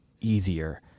easier